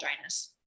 dryness